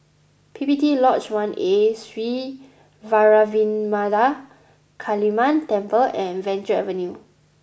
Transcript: P P T Lodge One A Sri Vairavimada Kaliamman Temple and Venture Avenue